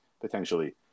potentially